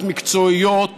שהן מערכות מקצועיות